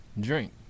drink